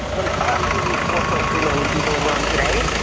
and of the four point three million people in rome today,